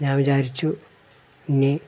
ഞാൻ വിചാരിച്ചു ഇനി